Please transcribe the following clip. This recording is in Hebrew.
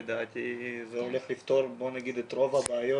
לדעתי זה הולך לפתור את רוב הבעיות,